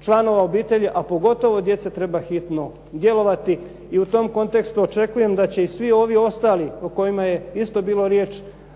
članova obitelji a pogotovo djece treba hitno djelovati. I u tom kontekstu očekujem da će i svi ovi ostali o kojima je isto bilo riječi